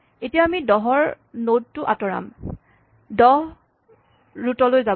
এতিয়া আমি ১০ ৰ নড টো আতঁৰাম ১০ ৰোট লৈ যাব